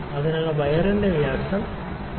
അതിനാൽ ഈ വയർ വ്യാസം 3